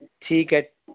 ਠੀਕ ਹੈ